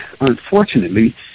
unfortunately